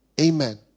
Amen